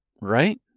right